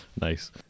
Nice